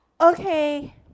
Okay